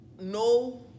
no